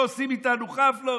לא עושים איתנו חאפלות.